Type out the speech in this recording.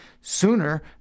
sooner